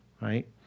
right